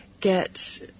get